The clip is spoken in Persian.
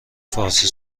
فارسی